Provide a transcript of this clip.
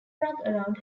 around